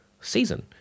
season